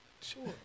Sure